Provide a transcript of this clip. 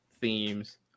themes